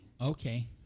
Okay